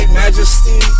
majesty